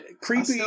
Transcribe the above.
Creepy